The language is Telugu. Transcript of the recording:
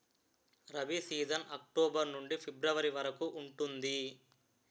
రబీ సీజన్ అక్టోబర్ నుండి ఫిబ్రవరి వరకు ఉంటుంది